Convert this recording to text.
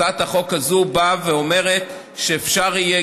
הצעת החוק הזאת באה ואומרת שאפשר יהיה